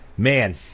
Man